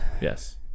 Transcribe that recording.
Yes